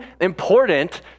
important